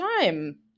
time